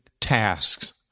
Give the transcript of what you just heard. tasks